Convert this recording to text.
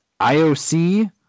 IOC